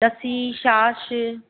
लस्सी छाछ